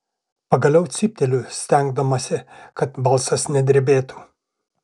pagaliau cypteliu stengdamasi kad balsas nedrebėtų